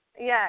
yes